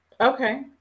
Okay